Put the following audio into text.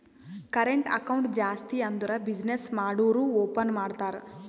current account ಜಾಸ್ತಿ ಅಂದುರ್ business ಮಾಡೂರು ಓಪನ್ ಮಾಡ್ತಾರ